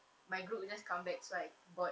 my group just come back so I bought